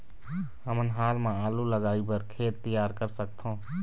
हमन हाल मा आलू लगाइ बर खेत तियार कर सकथों?